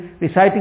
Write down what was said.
reciting